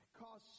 cause